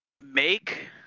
Make